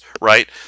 right